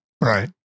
Right